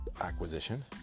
acquisition